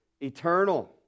eternal